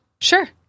Sure